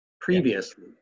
previously